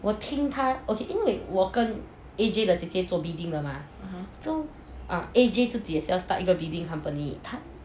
我听他 okay 因为我跟 A_J 的姐姐做 bidding 的 mah so ah A_J 自己也要 start 一个 bidding company